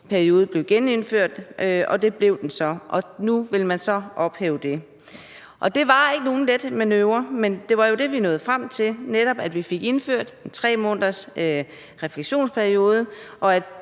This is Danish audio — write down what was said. periode blev genindført, og det blev den så, men nu vil man så ophæve den. Det var ikke nogen let manøvre, men det var det, vi nåede frem til, netop at vi fik indført en 3-månedersrefleksionsperiode, og at